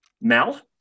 Mel